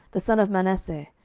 the son of manasseh,